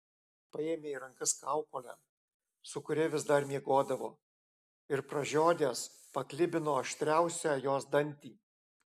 paėmė į rankas kaukolę su kuria vis dar miegodavo ir pražiodęs paklibino aštriausią jos dantį